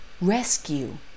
rescue